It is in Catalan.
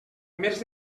més